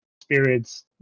spirits